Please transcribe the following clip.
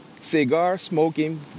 cigar-smoking